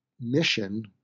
mission